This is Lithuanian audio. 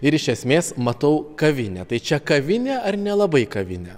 ir iš esmės matau kavinę tai čia kavinė ar nelabai kavinė